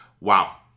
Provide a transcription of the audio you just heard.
Wow